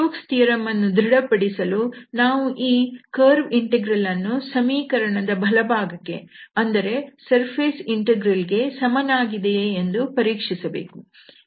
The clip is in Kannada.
ಸ್ಟೋಕ್ಸ್ ಥಿಯರಂ Stoke's Theorem ಅನ್ನು ಧೃಡಪಡಿಸಲು ನಾವು ಈ ಕರ್ವ್ ಇಂಟೆಗ್ರಲ್ ಅನ್ನು ಸಮೀಕರಣದ ಬಲಭಾಗಕ್ಕೆ ಅಂದರೆ ಸರ್ಫೇಸ್ ಇಂಟೆಗ್ರಲ್ ಗೆ ಸಮನಾಗಿದೆಯೇ ಎಂದು ಪರೀಕ್ಷಿಸಬೇಕು